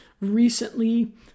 recently